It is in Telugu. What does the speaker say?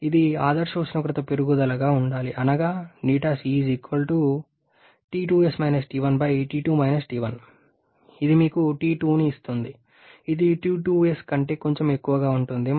ఇది ఆదర్శ ఉష్ణోగ్రత పెరుగుదలగా ఉండాలి అనగా ఇది మీకు T2ని ఇస్తుంది ఇది T2s కంటే కొంచెం ఎక్కువగా ఉంటుంది